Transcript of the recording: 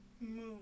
move